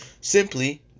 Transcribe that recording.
simply